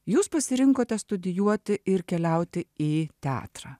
jūs pasirinkote studijuoti ir keliauti į teatrą